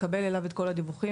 מקבל אליו כל הדיווחים.